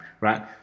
right